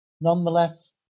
nonetheless